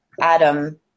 Adam